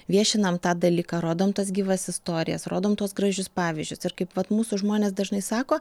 viešinam tą dalyką rodom tas gyvas istorijas rodom tuos gražius pavyzdžius ir kaip vat mūsų žmonės dažnai sako